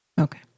Okay